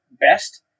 best